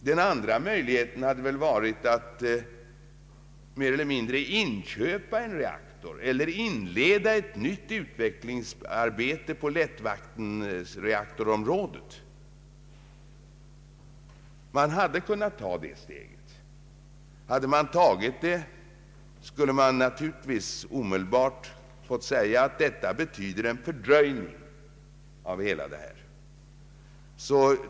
Den andra möjligheten hade väl varit att inköpa en reaktor i utlandet och inleda ett utvecklingsarbete på lättvattenreaktorområdet. Hade man tagit det steget skulle man omedelbart fått säga att det innebar en fördröjning.